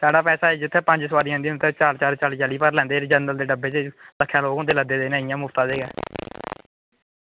साढ़ा पैसा जित्थै पंज सोआरियां जंदियां उत्थें चार चार चाली चाली भरी लैंदे लैंदे जनरल डब्बे च लक्खें लोग होंदे लद्दे दे इ'नें मुफ्तै दे गै